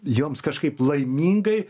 joms kažkaip laimingai